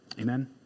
Amen